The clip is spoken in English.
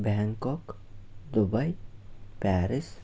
Bangkok Dubai Paris